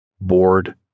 bored